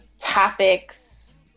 topics